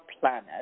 planet